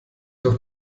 doch